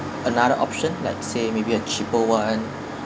another option like say maybe a cheaper one